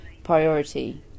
priority